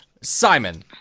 simon